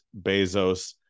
Bezos